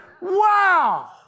Wow